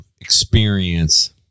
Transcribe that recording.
experience